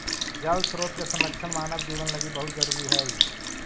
जल स्रोत के संरक्षण मानव जीवन लगी बहुत जरूरी हई